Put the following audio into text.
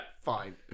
fine